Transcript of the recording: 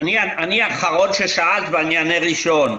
האחרון ששאלת ואני אענה ראשון.